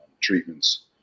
treatments